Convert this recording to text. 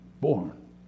born